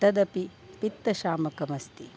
तदपि पित्तशामकमस्ति